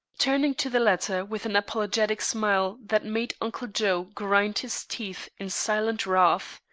turning to the latter with an apologetic smile that made uncle joe grind his teeth in silent wrath.